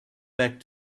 back